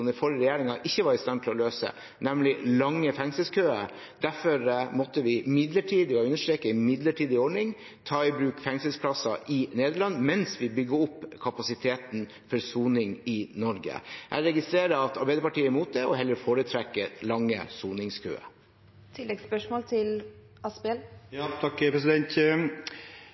den forrige regjeringen ikke var i stand til å løse, nemlig lange fengselskøer. Derfor måtte vi midlertidig – jeg understreker, det er en midlertidig ordning – ta i bruk fengselsplasser i Nederland mens vi bygger opp kapasiteten for soning i Norge. Jeg registrerer at Arbeiderpartiet er imot det og heller foretrekker lange soningskøer.